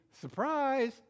surprise